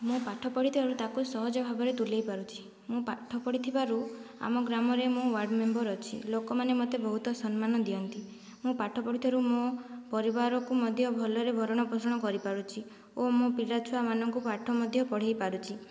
ମୁଁ ପାଠପଢ଼ି ତେଣୁ ତାକୁ ସହଜ ଭାବରେ ତୁଲାଇ ପାରୁଛି ମୁଁ ପାଠ ପଢ଼ିଥିବାରୁ ଆମ ଗ୍ରାମରେ ମୁଁ ୱାର୍ଡ଼ ମେମ୍ବର ଅଛି ଲୋକମାନେ ମୋତେ ବହୁତ ସମ୍ମାନ ଦିଅନ୍ତି ମୁଁ ପାଠ ପଢ଼ିଥିବାରୁ ମୁଁ ପରିବାରକୁ ମଧ୍ୟ ଭଲରେ ଭରଣ ପୋଷଣ କରିପାରୁଛି ଓ ମୋ ପିଲା ଛୁଆମାନଙ୍କୁ ପାଠ ମଧ୍ୟ ପଢ଼ାଇ ପାରୁଛି